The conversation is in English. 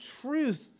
truth